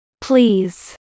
Please